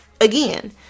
again